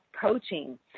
coaching